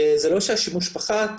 זה לא שהשימוש פחת,